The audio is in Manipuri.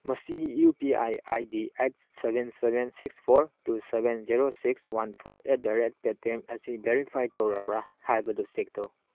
ꯃꯁꯤꯒꯤ U P I I D ꯑꯦꯗ seven seven six four two seven zero six one four at the rate Paytm ꯑꯁꯤ ꯕꯦꯔꯤꯐꯥꯏ ꯇꯧꯔꯕ꯭ꯔꯥ ꯍꯥꯏꯕꯗꯨ ꯆꯦꯛ ꯇꯧ